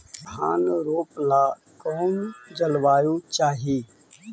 धान रोप ला कौन जलवायु चाही?